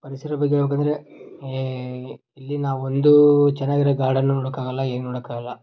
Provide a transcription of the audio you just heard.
ಪರಿಸರ ಬಗ್ಗೆ ಹೇಳ್ಬೇಕಂದ್ರೆ ಇಲ್ಲಿನ ಒಂದು ಚೆನ್ನಾಗಿರೋ ಗಾರ್ಡನ್ನು ನೋಡೋಕ್ಕಾಗಲ್ಲ ಏನೂ ನೋಡೋಕ್ಕಾಗಲ್ಲ